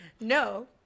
No